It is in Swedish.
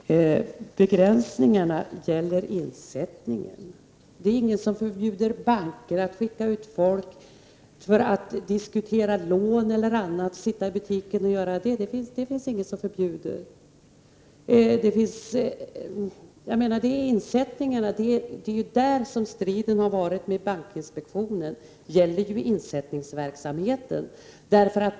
Herr talman! Begränsningarna gäller insättningen. Det finns ingenting som förbjuder banker att skicka ut folk för att diskutera lån eller annat i butiken. Den strid som har förekommit med bankinspektionen gäller alltså insättningsverksamheten.